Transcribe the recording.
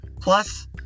Plus